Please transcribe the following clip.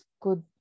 good